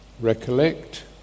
recollect